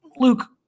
Luke